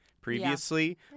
previously